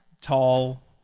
tall